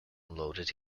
unloaded